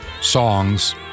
songs